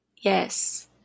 yes